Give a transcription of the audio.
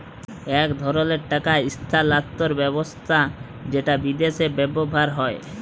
ইক ধরলের টাকা ইস্থালাল্তর ব্যবস্থা যেট বিদেশে ব্যাভার হ্যয়